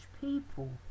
people